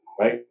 right